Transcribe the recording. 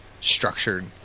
structured